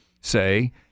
say